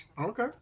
Okay